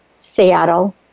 Seattle